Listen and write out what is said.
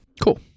Cool